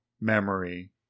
memory